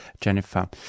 Jennifer